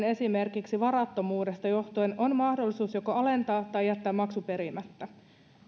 esimerkiksi varattomuudesta johtuen on mahdollisuus joko alentaa maksua tai jättää se perimättä